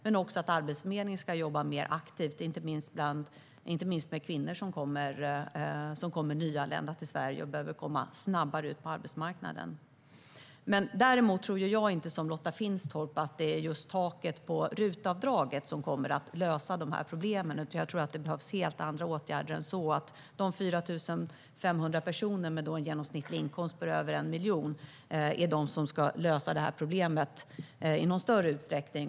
Men Arbetsförmedlingen ska också jobba mer aktivt, inte minst med nyanlända kvinnor i Sverige som behöver komma snabbare ut på arbetsmarknaden. Däremot tror inte jag, som Lotta Finstorp, att det är just taket på RUT-avdraget som kommer att göra att man löser dessa problem. Jag tror att det behövs helt andra åtgärder än att det är de 4 500 personer med en genomsnittlig inkomst på över 1 miljon kronor som ska lösa detta problem i någon större utsträckning.